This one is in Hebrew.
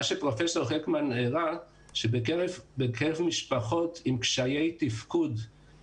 מה שפרופסור הקמן הראה שבקרב משפחות עם קשיי תפקוד,